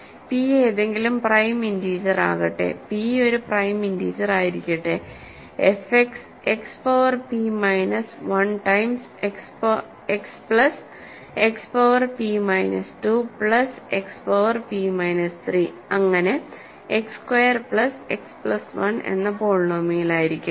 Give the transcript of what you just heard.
p ഏതെങ്കിലും prime integer ആകട്ടെ p ഒരു പ്രൈം ഇൻറിജറായിരിക്കട്ടെ f X x power p minus 1 times x plus x power p minus 2 plus x power p minus 3 അങ്ങിനെ x square plus x plus 1 എന്ന പോളിനോമിയലായിരിക്കട്ടെ